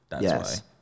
Yes